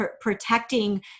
protecting